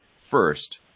first